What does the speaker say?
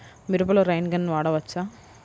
మిరపలో rain gun వాడవచ్చా?